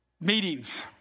meetings